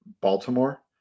Baltimore